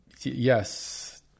yes